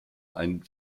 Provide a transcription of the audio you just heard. ein